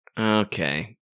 Okay